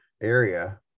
area